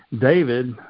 David